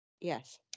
yes